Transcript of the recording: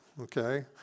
okay